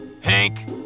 Hank